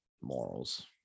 Morals